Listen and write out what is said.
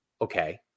okay